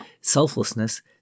selflessness